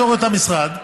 המשרד,